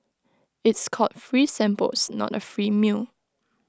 it's called free samples not A free meal